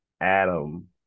Adam